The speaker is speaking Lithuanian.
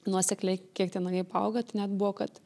nuosekliai kiek tie nagai paauga tai net buvo kad